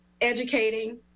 educating